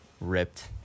ripped